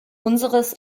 unseres